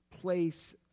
place